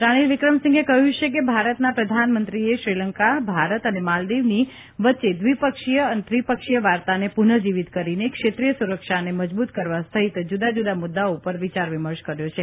રાનિલ વિક્રમસિંઘે કહ્યું છે કે તેઓ અને ભારતના પ્રધાનમંત્રીએ શ્રીલંકા ભારત અને માલદિવની વચ્ચે ત્રિપક્ષીય વાર્તાને પુનઃજીવિત કરીને ક્ષેત્રીય સુરક્ષાને મજબૂત કરવા સહિત જૂદા જૂદા મુદ્દાઓ ઉપર વિચાર વિમર્શ કર્યો છે